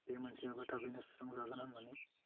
बे मोनसेयाबो थाबैनो सुस्रांजागोन होन्नानै